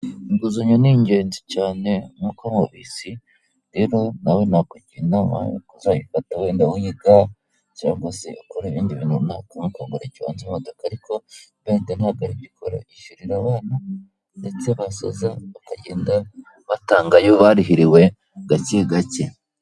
Inguzanyo ni ingenzi cyane nkuko mubizi ,rero nawe nakugira inama yo kuzayifata wenda wiyiteho cyangwa se ukore ibindi bintu runaka cyangwa ukagura ikibanza cyangwa imodoka ariko beride(BRD) ntabwo aribyo ikora yishyurira abana ndetse basoza bakagenda batanga ayo barihiriwe gake gake.